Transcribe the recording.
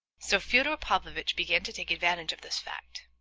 so fyodor pavlovitch began to take advantage of this fact,